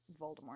Voldemort